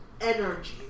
energy